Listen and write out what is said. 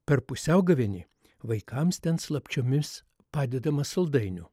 per pusiaugavėnį vaikams ten slapčiomis padedama saldainių